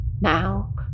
Now